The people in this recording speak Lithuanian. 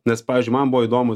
nes pavyzdžiui man buvo įdomu